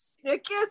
sickest